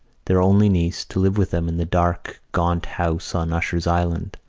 their only niece, to live with them in the dark, gaunt house on usher's island,